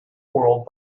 world